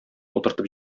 утыртып